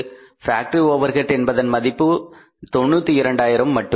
factory overhead என்பதன் மதிப்பு 92000 மட்டுமே